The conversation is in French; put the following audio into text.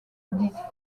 dix